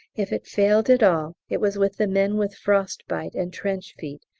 if it failed at all it was with the men with frost-bite and trench feet,